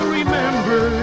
remember